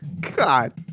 God